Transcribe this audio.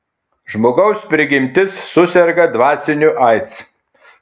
žmogaus prigimtis suserga dvasiniu aids